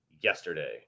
yesterday